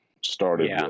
started